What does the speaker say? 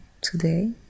today